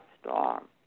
storm